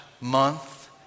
month